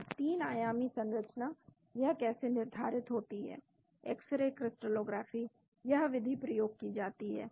और 3 आयामी संरचना यह कैसे निर्धारित होती है एक्स रे क्रिस्टलोग्राफी यह विधि प्रयोग की जाती है